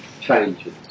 changes